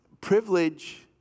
Privilege